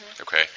Okay